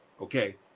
Okay